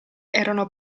erano